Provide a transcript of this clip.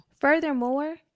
Furthermore